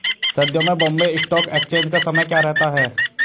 सर्दियों में Bombay stock exchange का समय क्या रहता है?